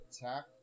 attack